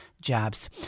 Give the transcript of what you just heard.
jabs